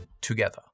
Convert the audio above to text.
together